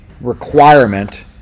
requirement